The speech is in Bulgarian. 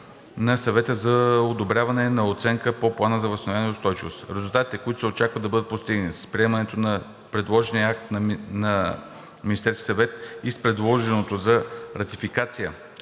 на Съвета за одобряване на оценката на Плана за възстановяване и устойчивост. Резултатите, които се очаква да бъдат постигнати с приемането на предложения акт на Министерския съвет и с предложеното за ратификация